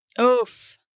Oof